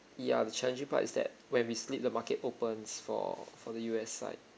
ya the challenging part is that when we sleep the market opens for for the U_S side